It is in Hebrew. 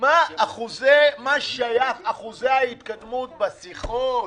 מה שייך אחוזי ההתקדמות בשיחות,